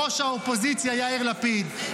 ראש האופוזיציה יאיר לפיד,